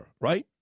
right